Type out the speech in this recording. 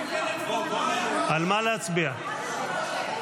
לכו לוועדת הכנסת --- הטענה שלכם נשמעה,